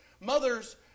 Mothers